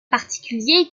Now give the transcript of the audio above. particulier